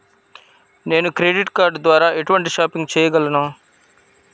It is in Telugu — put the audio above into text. నేను క్రెడిట్ కార్డ్ ద్వార ఎటువంటి షాపింగ్ చెయ్యగలను?